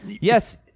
yes